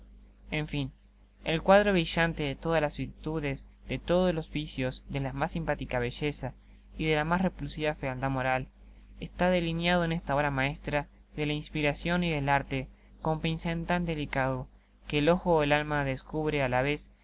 carlos dickens content from google book search generated at vi vicios de la mas simpática belleza y de la mas repulsiva fealdad moral astá delineado en esta obra maestra de la inspiracion y del arte con pincel tan delicado que el ojo del alma descubre á la vez